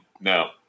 no